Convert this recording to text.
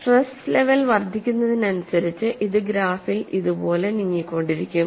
stress level വർദ്ധിക്കുന്നതിനനുസരിച്ച് ഇത് ഗ്രാഫിൽ ഇതുപോലെ നീങ്ങിക്കൊണ്ടിരിക്കും